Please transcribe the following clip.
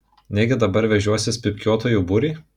negi dabar vežiosiuos pypkiuotojų būrį